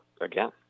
again